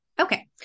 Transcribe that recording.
Okay